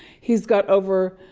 he's got over